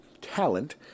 talent